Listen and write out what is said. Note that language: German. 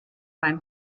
beim